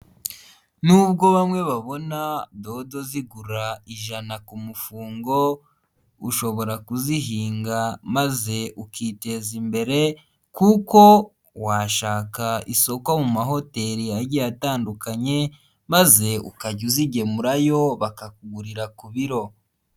Nubwo bamwe babona dodo zigura ijana ku mufungo, ushobora kuzihinga maze ukiteza imbere, kuko washaka isoko mu mahoteli yagiye atandukanye, maze ukajya uzigemurayo bakakugurira ku biro.